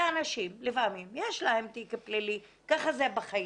ואנשים לפעמים, יש להם תיק פלילי, ככה זה בחיים,